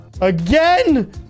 Again